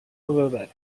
ببره